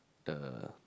the